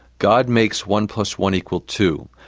god makes one plus one equal two.